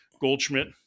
Goldschmidt